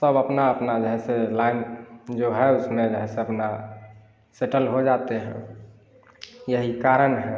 सब अपना अपना जो है से लाइन जो है उसमें जो है से अपना सेटल हो जाते हैं यही कारण है